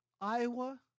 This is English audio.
Iowa